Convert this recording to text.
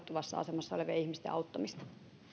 haavoittuvassa asemassa olevien ihmisten auttamista